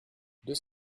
deux